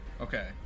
Okay